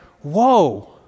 whoa